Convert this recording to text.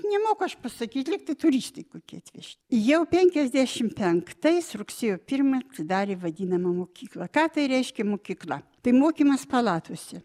nemoku aš pasakyt lygtai turistai kokie atvežti jau penkiasdešim penktais rugsėjo pirmą atidarė vadinamą mokyklą ką tai reiškia mokykla tai mokymas palatose